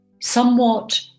somewhat